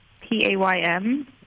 P-A-Y-M